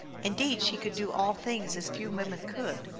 indeed, she could do all things as few women could,